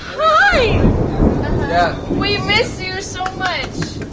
i mean yeah yeah we miss you so much!